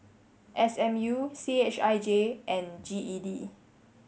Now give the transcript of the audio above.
S M U C H I J and G E D